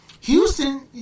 Houston